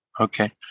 Okay